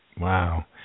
Wow